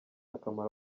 kamaro